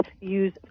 use